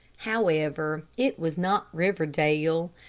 however, it was not riverdale.